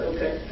Okay